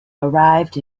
arrived